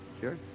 Sure